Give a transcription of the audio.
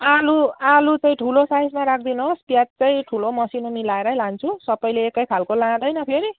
आलु आलु चाहिँ ठुलो साइजमा राखिदिनुहोस् प्याज चाहिँ ठुलो मसिनो मिलाएरै लान्छु सबैले एकै खालको लाँदैन फेरि